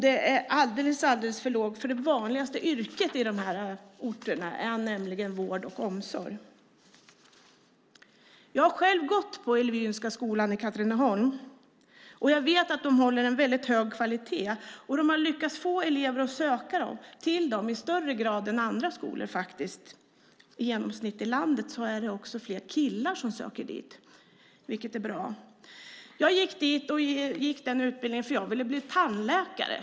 Det är alldeles, alldeles för lågt, för det vanligaste yrket i dessa orter är nämligen vård och omsorg. Jag har själv gått på Elwynska i Katrineholm, och jag vet att den håller en hög kvalitet och har fått elever att söka dit i högre grad än andra skolor. I genomsnitt i landet är det också fler killar som söker dit, vilket är bra. Jag gick utbildningen för att jag ville bli tandläkare.